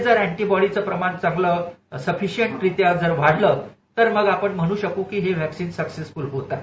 जर हे अँटीबॉडीजच प्रमाण चांगलं सफिशियन्टरित्या वाढलं तर मग आपण म्हणू शक् की ही वॅक्सिन सक्सेसफ्ल होत आहे